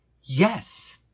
Yes